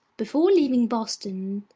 before leaving boston,